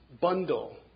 bundle